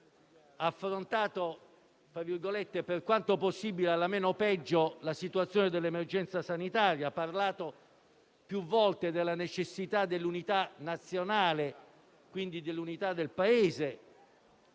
ha affrontato, per quanto possibile "alla meno peggio", la situazione dell'emergenza sanitaria. Ha parlato più volte della necessità dell'unità nazionale e, quindi, dell'unità del Paese,